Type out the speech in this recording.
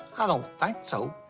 i don't think so.